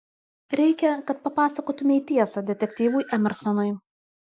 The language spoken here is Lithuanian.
reikia kad papasakotumei tiesą detektyvui emersonui